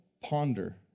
ponder